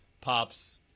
pops